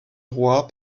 roi